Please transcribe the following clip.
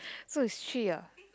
so is three ah